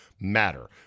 matter